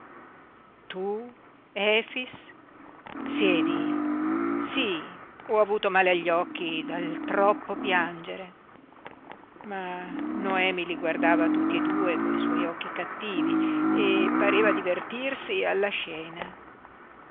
occhiali tu efix siedi sí ho avuto male agli occhi dal troppo piangere ma noemi li guardava tutti e due coi suoi occhi cattivi e pareva divertirsi alla scena